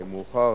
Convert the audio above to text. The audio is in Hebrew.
מאוחר,